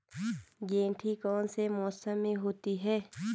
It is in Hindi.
गेंठी कौन से मौसम में होती है?